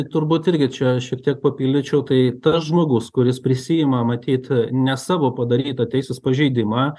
turbūt irgi čia šiek tiek papildyčiau tai tas žmogus kuris prisiima matyt ne savo padarytą teisės pažeidimą